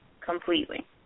completely